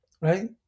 Right